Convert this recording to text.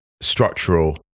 structural